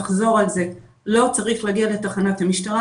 לא צריך להגיע לתחנת המשטרה,